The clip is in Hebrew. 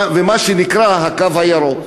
מה שנקרא הקו הירוק,